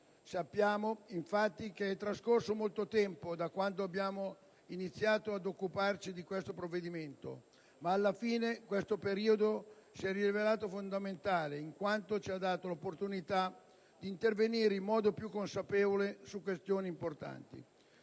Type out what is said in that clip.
infatti, che è trascorso molto tempo da quando abbiamo iniziato ad occuparci del provvedimento in votazione, ma alla fine questo periodo si è rilevato fondamentale, in quanto ci ha dato l'opportunità di intervenire in modo più consapevole su questioni importanti.